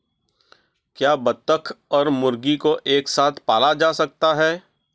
क्या बत्तख और मुर्गी को एक साथ पाला जा सकता है?